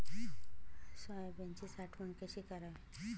सोयाबीनची साठवण कशी करावी?